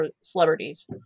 celebrities